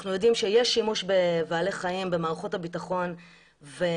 אנחנו יודעים שיש שימוש בבעלי חיים במערכות הביטחון ובשב"ס,